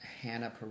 Hannah